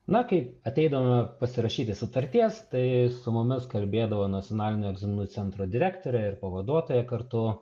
na kai ateidavome pasirašyti sutarties tai su mumis kalbėdavo nacionalinio egzaminų centro direktorė ir pavaduotoja kartu